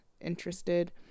interested